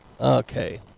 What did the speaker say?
Okay